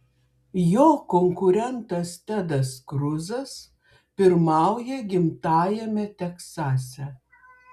jo konkurentas tedas kruzas pirmauja gimtajame teksase